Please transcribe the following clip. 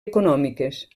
econòmiques